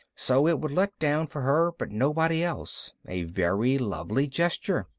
so it would let down for her but nobody else. a very lovely gesture.